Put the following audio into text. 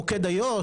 יש את "מוקד איו"ש",